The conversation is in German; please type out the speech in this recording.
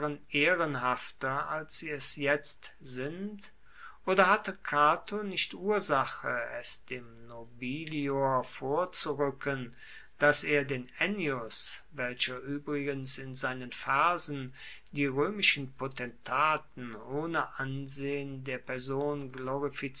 ehrenhafter als sie es jetzt sind oder hatte cato nicht ursache es dem nobilior vorzuruecken dass er den ennius welcher uebrigens in seinen versen die roemischen potentaten ohne ansehen der person